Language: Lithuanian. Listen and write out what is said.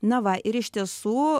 na va ir iš tiesų